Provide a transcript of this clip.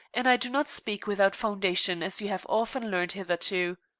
and i do not speak without foundation, as you have often learned hitherto.